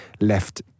left